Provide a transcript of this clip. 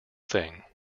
thing